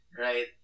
right